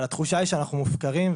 אבל התחושה היא שאנחנו מופקרים.